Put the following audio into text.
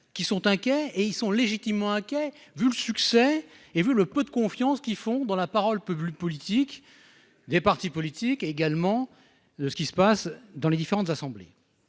qui sont inquiets et ils sont légitimement inquiets, vu le succès et vu le peu de confiance qui font dans la parole publique politique. Des partis politiques également de ce qui se passe dans les différentes assemblées.